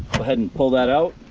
go ahead and pull that out,